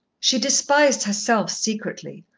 she despised herself secretly,